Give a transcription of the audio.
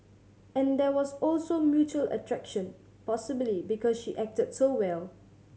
and there was also mutual attraction possibly because she acted so well